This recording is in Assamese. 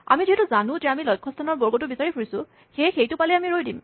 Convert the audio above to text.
আমি যিহেতু জানো যে আমি লক্ষস্হানৰ বৰ্গটো বিচাৰি ফুৰিছোঁ সেয়ে সেইটো পালেই আমি ৰৈ দিম